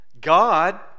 God